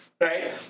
right